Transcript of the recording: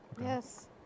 Yes